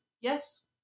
Yes